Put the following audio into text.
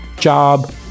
job